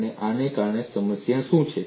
અને આને કારણે સમસ્યા શું છે